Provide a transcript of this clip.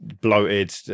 bloated